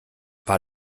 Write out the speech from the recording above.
war